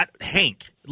Hank